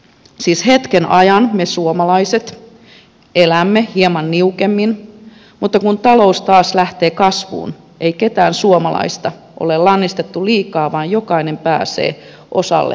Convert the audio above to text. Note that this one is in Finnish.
siis hetken ajan me suomalaiset elämme hieman niukemmin mutta kun talous taas lähtee kasvuun ei ketään suomalaista ole lannistettu liikaa vaan jokainen pääsee osalle talouskasvusta